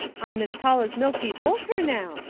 i'm as tall as milty boulter now.